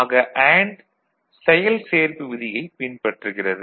ஆக அண்டு செயல் சேர்ப்பு விதியைப் பின்பற்றுகிறது